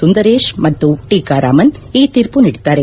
ಸುಂದರೇಶ್ ಮತ್ತು ಟೀಕಾ ರಾಮನ್ ಈ ತೀರ್ಪು ನೀಡಿದ್ದಾರೆ